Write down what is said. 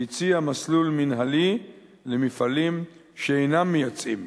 והציע מסלול מינהלי למפעלים שאינם מייצאים.